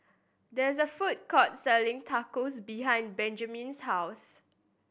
there is a food court selling Tacos behind Benjamen's house